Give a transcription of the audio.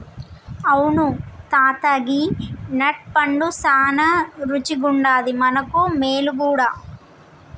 అవును తాత గీ నట్ పండు సానా రుచిగుండాది మనకు మేలు గూడా